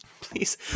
please